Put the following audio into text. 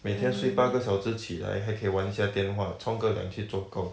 每天睡八个小时起来还可以玩一下电话冲个凉去做工